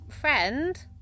friend